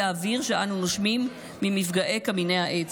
האוויר שאנו נושמים ממפגעי קמיני העץ,